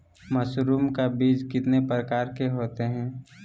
Mushroom का बीज कितने प्रकार के होते है?